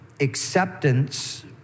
acceptance